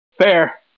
Fair